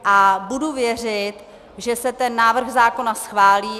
A budu věřit, že se ten návrh zákona schválí.